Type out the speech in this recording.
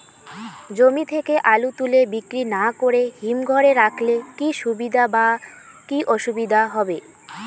জমি থেকে আলু তুলে বিক্রি না করে হিমঘরে রাখলে কী সুবিধা বা কী অসুবিধা হবে?